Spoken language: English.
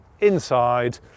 inside